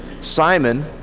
Simon